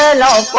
ah la